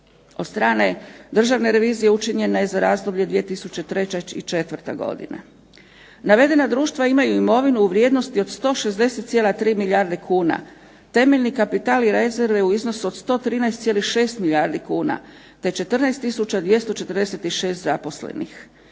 od strane državne revizije, učinjena je za razdoblje 2003. i 2004. godina. Navedena društva imaju imovinu u vrijednosti od 160,3 milijarde kuna. Temeljni kapital …/Govornica se ne razumije./… u iznosu od 113,6 milijardi kuna, te 14 tisuća 246 zaposlenih.